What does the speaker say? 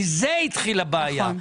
מזה התחילה הבעיה.